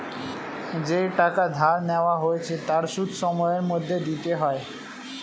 যেই টাকা ধার নেওয়া হয়েছে তার সুদ সময়ের মধ্যে দিতে হয়